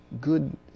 good